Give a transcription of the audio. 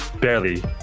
Barely